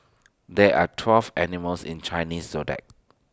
there are twelve animals in Chinese Zodiac